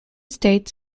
states